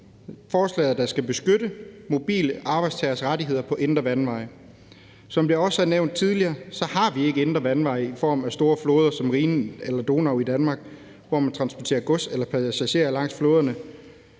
Forslaget skal beskytte mobile arbejdstageres rettigheder på indre vandveje. Som det også er nævnt tidligere, har vi ikke indre vandveje i Danmark i form af store floder som Rhinen eller Donau, hvor man transporterer gods eller passagerer. Men